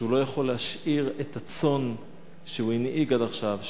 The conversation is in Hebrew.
שהוא לא יכול להשאיר את הצאן שהוא הנהיג עד עכשיו,